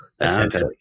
essentially